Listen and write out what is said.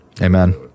Amen